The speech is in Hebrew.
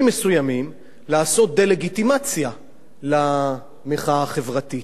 מסוימים לעשות דה-לגיטימציה למחאה החברתית.